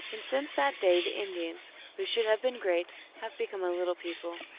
and since that day the indians, who should have been great, have become a little people.